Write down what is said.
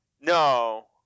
No